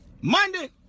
Monday